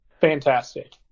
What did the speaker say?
fantastic